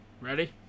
ready